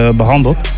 behandeld